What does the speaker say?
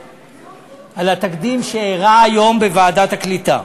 על התקדים שאירע היום בוועדת הקליטה.